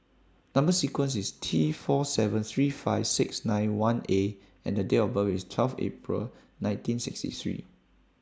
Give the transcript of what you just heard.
Number sequence IS T four seven three five six nine one A and Date of birth IS twelve April nineteen sixty three